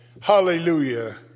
Hallelujah